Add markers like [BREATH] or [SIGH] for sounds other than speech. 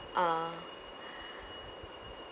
uh [BREATH]